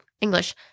English